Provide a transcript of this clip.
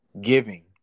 Giving